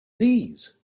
knees